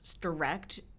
direct